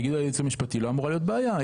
יגיד היועץ המשפטי שלא אמורה להיות בעיה.